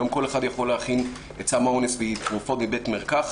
היום כל אחד יכול להכין את סם האונס מתרופות מבית מרקחת,